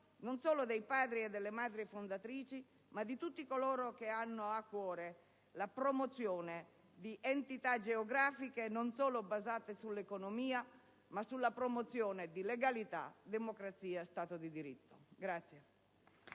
non solo dei padri fondatori e delle madri fondatrici, ma di tutti coloro che hanno a cuore la promozione di entità geografiche non solo basate sull'economia, ma anche sulla promozione di legalità, democrazia e Stato di diritto.